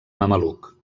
mameluc